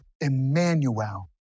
Emmanuel